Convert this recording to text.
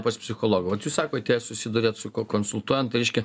pas psichologą vat jūs sakot jei susiduriat su konsultuojant reiškia